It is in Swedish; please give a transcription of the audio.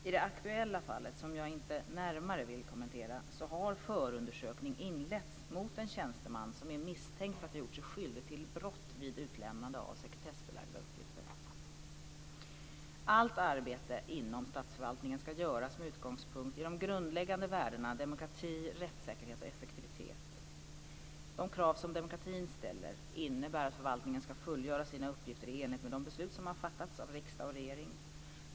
I det aktuella fallet, som jag inte närmare vill kommentera, har förundersökning inletts mot en tjänsteman som är misstänkt för att ha gjort sig skyldig till brott vid utlämnande av sekretessbelagda uppgifter. Allt arbete inom statsförvaltningen ska göras med utgångspunkt i de grundläggande värdena demokrati, rättssäkerhet och effektivitet. De krav som demokratin ställer innebär att förvaltningen ska fullgöra sina uppgifter i enlighet med de beslut som har fattats av riksdag och regering.